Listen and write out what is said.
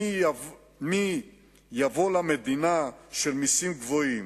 מי יבוא למדינה של מסים גבוהים?